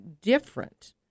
different